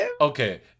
okay